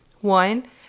One